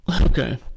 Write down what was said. Okay